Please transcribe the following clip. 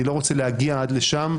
אני לא רוצה להגיע עד לשם,